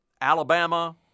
Alabama